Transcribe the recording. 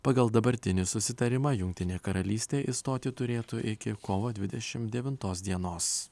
pagal dabartinį susitarimą jungtinė karalystė išstoti turėtų iki kovo dvidešim devintos dienos